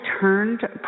turned